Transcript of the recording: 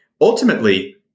ultimately